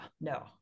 no